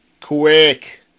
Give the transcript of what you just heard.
Quick